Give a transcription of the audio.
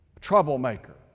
troublemaker